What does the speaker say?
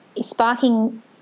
sparking